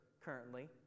currently